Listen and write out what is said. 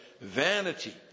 vanity